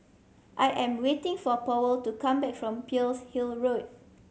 I am waiting for Powell to come back from Pearl's Hill Road